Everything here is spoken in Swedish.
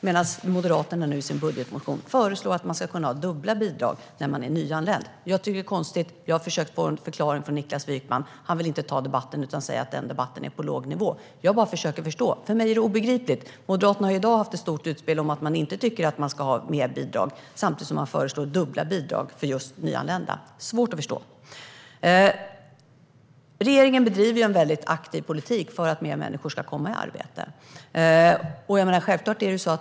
Men Moderaterna föreslår i sin budgetmotion att man ska kunna ha dubbla bidrag när man är nyanländ. Jag tycker att det är konstigt, och jag har försökt få en förklaring från Niklas Wykman. Men han vill inte ta debatten utan säger att den debatten är på en låg nivå. Jag försöker bara förstå detta. För mig är det obegripligt. Moderaterna har i dag haft ett stort utspel om att de inte tycker att man ska ha mer bidrag. Samtidigt föreslår de dubbla bidrag för just nyanlända. Det är svårt att förstå. Regeringen bedriver en mycket aktiv politik för att fler människor ska komma i arbete.